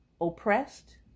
oppressed